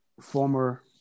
former